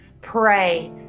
Pray